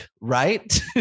right